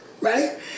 right